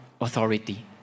authority